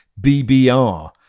BBR